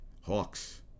Hawks